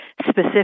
specific